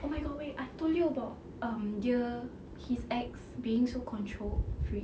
oh my god wait I told you about um dia his ex being so control freak